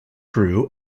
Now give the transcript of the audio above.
crew